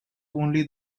only